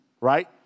right